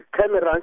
cameras